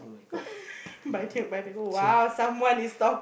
but I failed but I don't know !wow! someone is talk